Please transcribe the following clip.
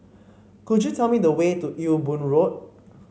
could you tell me the way to Ewe Boon Road